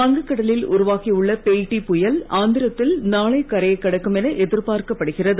வங்கக் கடலில் உருவாகியுள்ள பெய்ட்டி புயல் ஆந்திரத்தில் நாளை கரையைக் கடக்கும் என எதிர்பார்க்கப்படுகிறது